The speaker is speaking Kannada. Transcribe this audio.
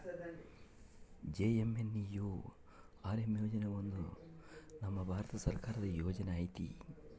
ಜೆ.ಎನ್.ಎನ್.ಯು.ಆರ್.ಎಮ್ ಯೋಜನೆ ಒಂದು ನಮ್ ಭಾರತ ಸರ್ಕಾರದ ಯೋಜನೆ ಐತಿ